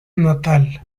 natal